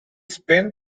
spent